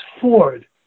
Ford